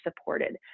supported